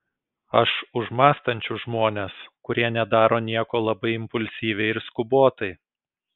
aš už mąstančius žmones kurie nedaro nieko labai impulsyviai ir skubotai